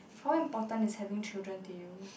how important is having children to you